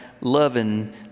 loving